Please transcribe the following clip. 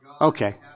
Okay